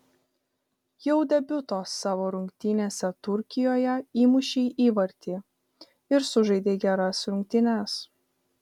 jau debiuto savo rungtynėse turkijoje įmušei įvartį ir sužaidei geras rungtynes